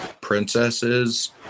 princesses